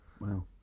wow